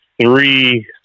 three